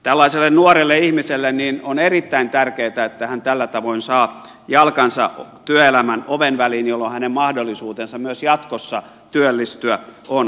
tällaiselle nuorelle ihmiselle on erittäin tärkeätä että hän tällä tavoin saa jalkansa työelämän oven väliin jolloin hänen mahdollisuutensa työllistyä myös jatkossa on parempi